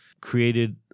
created